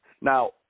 Now